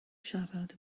siarad